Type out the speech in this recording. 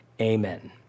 Amen